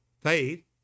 faith